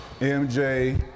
MJ